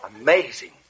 Amazing